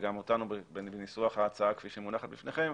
וגם אותנו בניסוח ההצעה כפי שהיא מונחת בפניכם,